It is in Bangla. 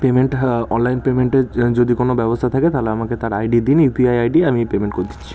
পেমেন্ট হ্যাঁ অনলাইন পেমেন্টের যদি কোনো ব্যবস্থা থাকে তাহলে আমাকে তার আইডি দিন ইউপিআই আইডি আমি পেমেন্ট করে দিচ্ছি